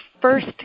first